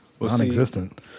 non-existent